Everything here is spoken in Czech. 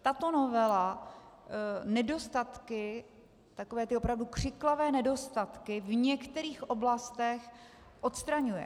Tato novela nedostatky, takové ty opravdu křiklavé nedostatky v některých oblastech odstraňuje.